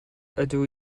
ydw